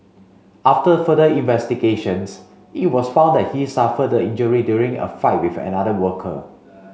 after further investigations it was found that he suffered the injury during a fight with another worker